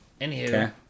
Anywho